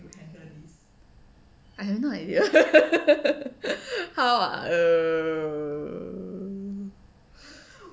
I have no idea how are um